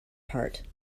part